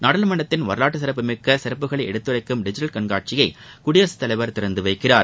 நாடாளுமன்றத்தின் வரலாற்று சிறப்புமிக்க சிறப்புகளை எடுத்துரைக்கும் டிஜிட்டல் கண்காட்சியை குடியரசுத் தலைவர் திறந்து வைக்கிறார்